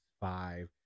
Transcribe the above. five